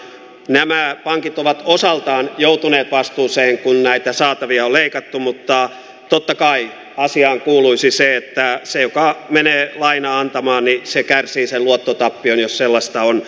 nämä pankit ovat osaltaan joutuneet vastuuseen kun näitä saatavia on leikattu mutta totta kai asiaan kuuluisi se että se joka menee lainaa antamaan kärsii sen luottotappion jos sellaista on tullakseen